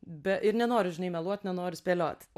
be ir nenoriu žinai meluot nenoriu spėliot